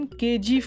kg